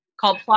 called